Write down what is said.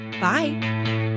Bye